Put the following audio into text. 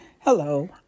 Hello